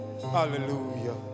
Hallelujah